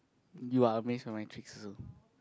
you are amaze by my tricks also